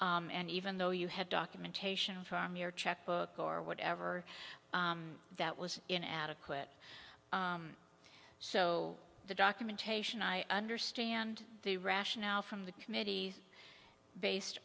and even though you have documentation from your checkbook or whatever that was in adequate so the documentation i understand the rationale from the committees based